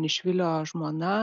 išviliojo žmona